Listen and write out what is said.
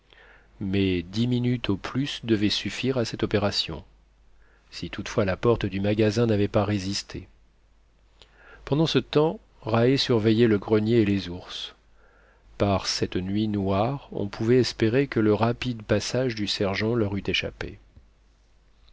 mais dix minutes au plus devaient suffire à cette opération si toutefois la porte du magasin n'avait pas résisté pendant ce temps rae surveillait le grenier et les ours par cette nuit noire on pouvait espérer que le rapide passage du sergent leur eût échappé